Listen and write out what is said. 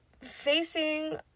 facing